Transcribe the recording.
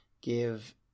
give